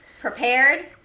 prepared